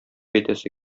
әйтәсе